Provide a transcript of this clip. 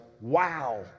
wow